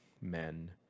men